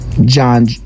John